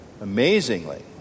amazingly